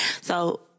So-